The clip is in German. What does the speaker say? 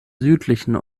südlichen